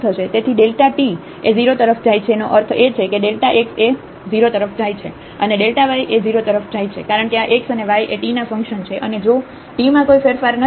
તેથી Δt એ 0 તરફ જાય છે નો અર્થ એ છે કે Δx એ 0 તરફ જાય છે અને Δy એ 0 તરફ જાય છે કારણ કે આ x અને y એ t ના ફંક્શન છે અને જો t માં કોઈ ફેરફાર નથી